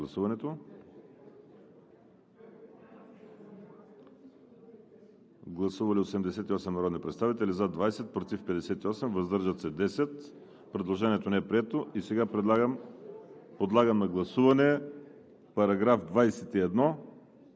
Гласували 88 народни представители: за 20, против 58, въздържали се 10. Предложението не е прието. Сега подлагам на гласуване § 21